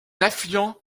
affluent